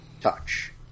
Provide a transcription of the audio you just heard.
touch